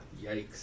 Yikes